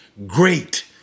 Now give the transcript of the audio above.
great